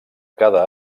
cada